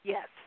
Yes